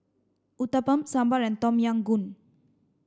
Uthapam Sambar and Tom Yam Goong